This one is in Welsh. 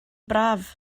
braf